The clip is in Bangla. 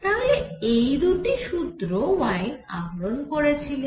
তাহলে এই দুটি সুত্র ওয়েইন আহরণ করেছিলেন